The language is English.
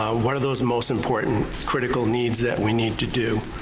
what are those most important critical needs that we need to do?